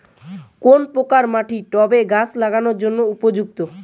কোন প্রকার মাটি টবে গাছ লাগানোর জন্য উপযুক্ত?